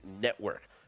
network